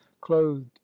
clothed